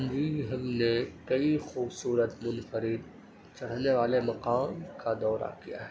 جی ہم نے کئی خوبصورت منفرد چڑھنے والے مقام کا دورہ کیا ہے